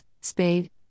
spade